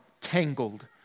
tangled